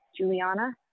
Juliana